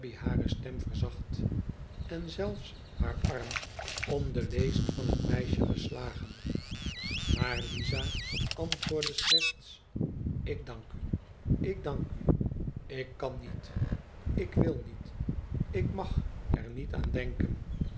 hare stem verzacht en zelfs haar arm om de leest van het meisje geslagen maar liza antwoordde slechts ik dank u ik dank u ik kan niet ik wil niet ik mag er niet aan denken